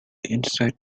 inside